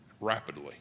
rapidly